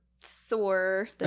Thor